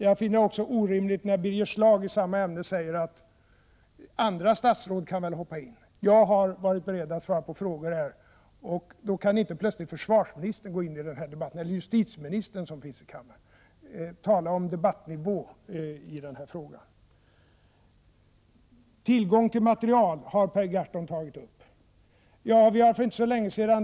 Jag finner det också orimligt när Birger Schlaug i samma ämne säger att andra statsråd kan hoppa in i debatten. Jag har varit beredd att svara på frågor. Försvarsministern eller justitieministern, som finns här i kammaren, kan då inte plötsligt gå in i debatten. I den här frågan kan man verkligen tala om debattnivå. Per Gahrton har tagit upp frågan om tillgång till material.